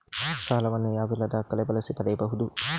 ಸಾಲ ವನ್ನು ಯಾವೆಲ್ಲ ದಾಖಲೆ ಬಳಸಿ ಪಡೆಯಬಹುದು?